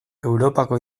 europako